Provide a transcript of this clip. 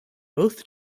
both